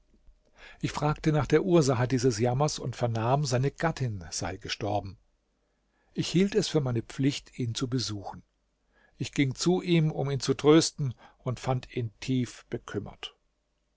ich fragte nach der ursache dieses jammers und vernahm seine gattin sei gestorben ich hielt es für meine pflicht ihn zu besuchen ich ging zu ihm um ihn zu trösten und fand ihn tief bekümmert